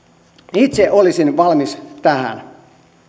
itse olisin valmis tähän